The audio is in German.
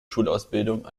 schulausbildung